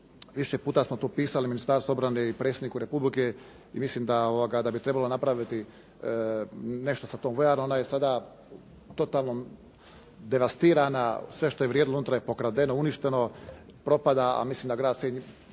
Više puta smo to pisali Ministarstvu obrane i predsjedniku Republike i mislim da bi trebalo napraviti nešto sa tom vojarnom. Ona je sada totalno devastirana, sve što je vrijedilo unutra je pokradeno, uništeno, propada, a mislim da grad Sinj